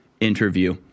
interview